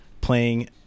playing